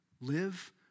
live